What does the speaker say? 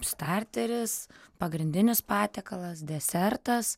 starteris pagrindinis patiekalas desertas